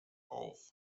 auf